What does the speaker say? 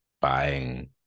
buying